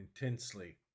intensely